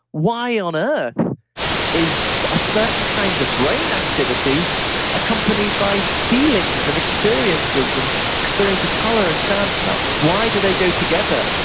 why on earth ah is a certain kinds of brain activity accompanied by feelings and experiences and experience of color and sound and smell. why do they go together?